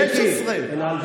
16. רגע,